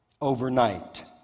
overnight